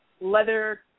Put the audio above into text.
leather